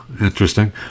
Interesting